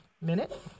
minute